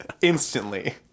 instantly